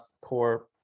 core